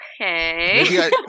okay